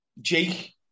Jake